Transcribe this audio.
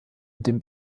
den